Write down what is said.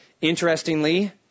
Interestingly